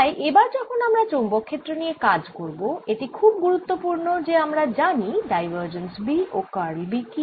তাই এবার যখন আমরা চৌম্বক ক্ষেত্র নিয়ে কাজ করব এটি খুব গুরুত্বপুর্ণ যে আমরা জানি ডাইভার্জেন্স B ও কার্ল B কি